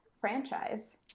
franchise